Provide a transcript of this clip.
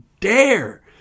dare